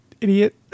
idiot